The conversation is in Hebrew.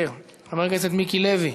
אינו נוכח, חברת הכנסת עליזה לביא,